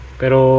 pero